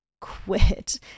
quit